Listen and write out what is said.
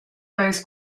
both